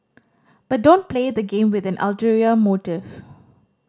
but don't play the game with an ulterior motive